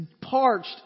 parched